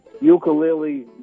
ukulele